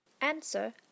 Answer